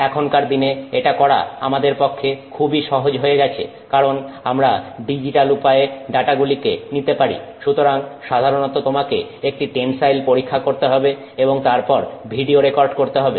এখনকার দিনে এটা করা আমাদের পক্ষে খুবই সহজ হয়ে গেছে কারণ আমরা ডিজিটাল উপায়ে ডাটা গুলিকে নিতে পারি সুতরাং সাধারণত তোমাকে একটি টেনসাইল পরীক্ষা করতে হবে এবং তারপর ভিডিও রেকর্ড করতে হবে